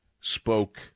spoke